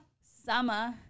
Summer